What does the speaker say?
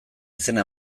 izena